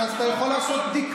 אבל אתה חבר כנסת?